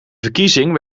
verkiezing